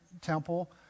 temple